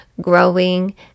growing